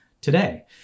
today